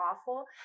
awful